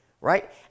right